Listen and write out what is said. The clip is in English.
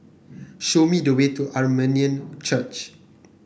show me the way to Armenian Church